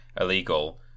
illegal